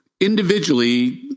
Individually